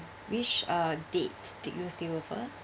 which uh date did you stay over